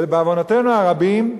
ובעוונותינו הרבים,